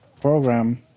program